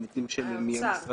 העמיתים שלי מהמשרדים,